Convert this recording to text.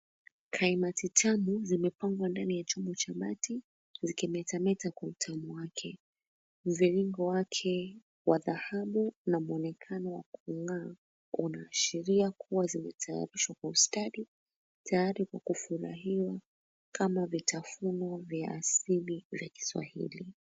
Kaimati tamu zimepangwa ndani ya chombo cha bati zikimetameta kwa utamu wake. Mviringo wake wa dhahabu na muonekano wa kung'aa unaashiria kuwa zimetayarishwa kwa ustadi tayari kwa kufurahiwa kama vitafuno vya asili vya kiswahili.